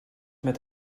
met